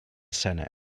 senate